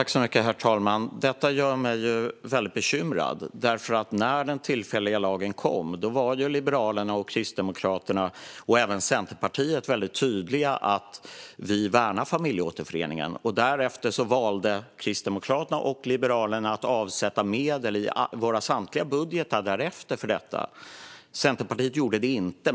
Herr talman! Detta gör mig väldigt bekymrad. När den tillfälliga lagen kom var Liberalerna, Kristdemokraterna och även Centerpartiet väldigt tydliga med att vi värnar familjeåterföreningen. Därefter valde Kristdemokraterna och Liberalerna att avsätta medel i våra samtliga budgetar för detta. Centerpartiet gjorde det inte.